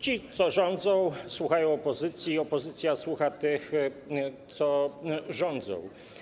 Ci, co rządzą, słuchają opozycji, opozycja słucha tych, co rządzą.